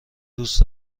دوست